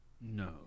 No